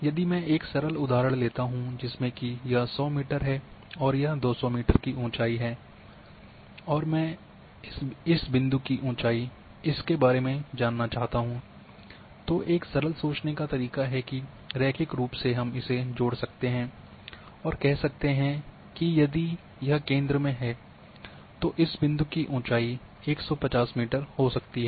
यदि मैं एक सरल उदाहरण लेता हूं जिसमें कि यह 100 मीटर है और यह 200 मीटर की ऊंचाई है और मैं इस बिंदु की ऊंचाई इस के बारे में जानना चाहता हूं तो एक सरल सोचने का तरीका है कि रैखिक रूप से हम इसे जोड़ सकते हैं और कह सकते हैं यदि केंद्र में है तो इस बिंदु की ऊंचाई 150 मीटर हो सकती है